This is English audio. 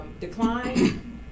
decline